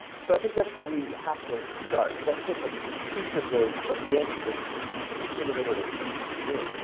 so, i think that's where we have to start. that's just a piece of the of the answer but i'll turn it over to ewen.